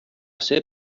ser